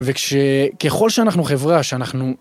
וכש.. ככל שאנחנו חברה, שאנחנו...